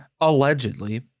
allegedly